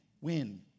win